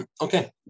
okay